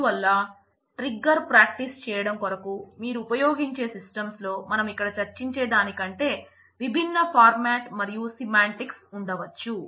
అందువల్ల ట్రిగ్గర్ ఉండవచ్చు